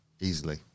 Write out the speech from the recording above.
Easily